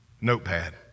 notepad